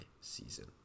season